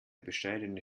bescheidene